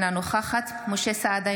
אינה נוכחת משה סעדה,